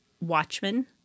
watchmen